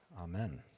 Amen